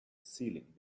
ceiling